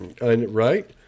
Right